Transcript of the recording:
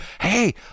Hey